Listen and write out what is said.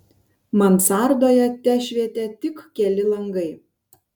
mansardoje tešvietė tik keli langai